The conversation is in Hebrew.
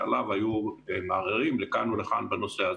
שעליו היו מערערים לכאן ולכאן בנושא הזה.